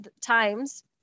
times